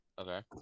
Okay